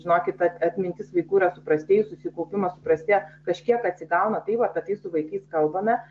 žinokit at atmintis vaikų yra suprastėjus susikaupimas suprastėja kažkiek atsigauna tai va apie tai su vaikais kalbame